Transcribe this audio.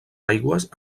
aigües